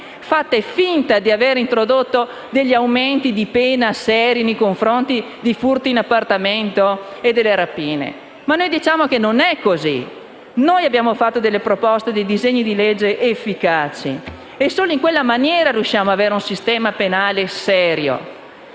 fate finta di avere introdotto degli aumenti di pena seri nei confronti dei furti in appartamento e delle rapine, ma noi diciamo che così non va bene e proponiamo dei disegni di legge efficaci, perché solo in questo modo riusciremo ad avere un sistema penale serio.